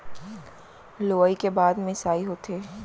लुवई के बाद मिंसाई होथे